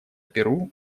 перу